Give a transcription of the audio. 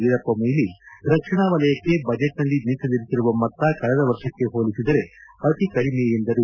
ವೀರಪ್ಪಮೊಬ್ಲಿ ರಕ್ಷಣಾ ವಲಯಕ್ಕೆ ಬಜೆಟ್ ನಲ್ಲಿ ಮೀಸರಿಸಿರುವ ಮೊತ್ತ ಕಳೆದ ವರ್ಷಕ್ಕೆ ಹೋಲಿಸಿದರೆ ಅತಿ ಕಡಿಮೆ ಎಂದರು